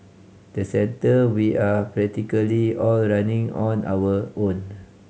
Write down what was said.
the centre we are practically all running on our own